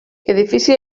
edifici